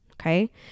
okay